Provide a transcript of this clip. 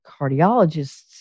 cardiologists